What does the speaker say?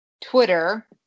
Twitter